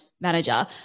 manager